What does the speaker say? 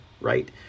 right